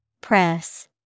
Press